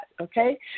okay